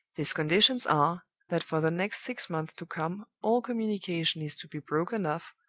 these conditions are, that for the next six months to come all communication is to be broken off,